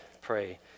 pray